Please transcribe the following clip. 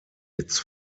its